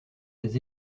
des